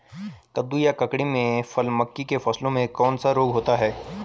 कद्दू या ककड़ी में फल मक्खी से फलों में कौन सा रोग होता है?